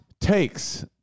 Takes